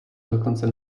dokonce